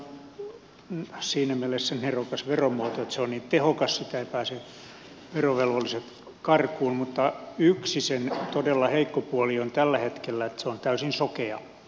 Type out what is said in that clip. kiinteistövero on siinä mielessä nerokas veromuoto että se on niin tehokas sitä eivät pääse verovelvolliset karkuun mutta yksi sen todella heikko puoli on tällä hetkellä se että se on täysin sokea